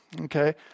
Okay